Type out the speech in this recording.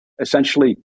essentially